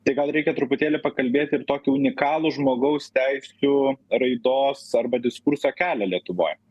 tai gal reikia truputėlį pakalbėti ir tokį unikalų žmogaus teisių raidos arba diskurso kelią lietuvoj